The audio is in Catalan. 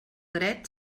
dret